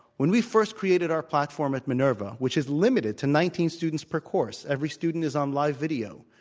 when we first created our platform at minerva, which is limited to nineteen students per course, every student is on live video,